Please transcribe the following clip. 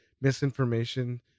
misinformation